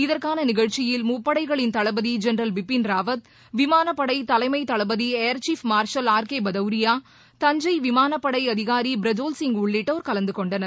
இதற்கான நிகழ்ச்சியில் முப்படைகளின் தளபதி ஜெனரல் பிபின் ராவத் விமானப்படை தலைமை தளபதி air chief marshal R K Bhadauria Thanjai விமானப்படை அதிகாரி பிரஜோல் சிங் உள்ளிட்டோர் கலந்து கொண்டனர்